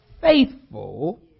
faithful